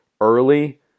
early